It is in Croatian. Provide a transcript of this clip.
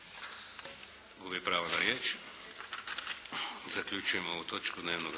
pravo na riječ. Zaključujem ovu točku dnevnog